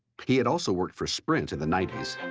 he had also worked for sprint in the ninety s.